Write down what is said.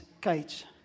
cage